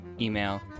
email